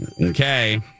Okay